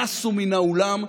נסו מן האולם,